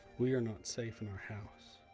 we are not safe in our house.